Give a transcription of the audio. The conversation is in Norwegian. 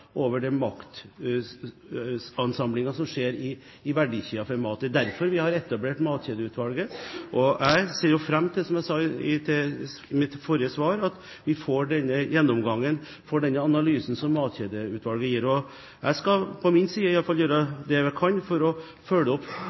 etablert Matkjedeutvalget. Jeg ser jo fram til, som jeg sa i mitt forrige svar, at vi får denne gjennomgangen, denne analysen som Matkjedeutvalget skal gi. Jeg på min side skal i hvert fall gjøre det jeg kan, for å følge opp